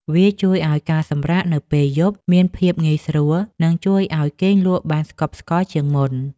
វាជួយឱ្យការសម្រាកនៅពេលយប់មានភាពងាយស្រួល និងជួយឱ្យគេងលក់បានស្កប់ស្កល់ជាងមុន។